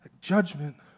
Judgment